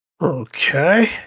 Okay